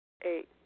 Eight